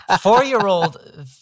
four-year-old